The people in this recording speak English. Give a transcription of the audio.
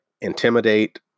intimidate